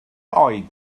oed